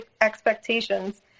expectations